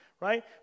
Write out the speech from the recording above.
right